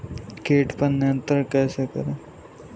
कीट पर नियंत्रण कैसे करें?